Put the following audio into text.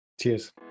Cheers